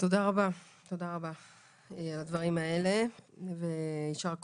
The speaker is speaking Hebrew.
תודה רבה על הדברים האלה ויישר כוח.